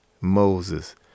Moses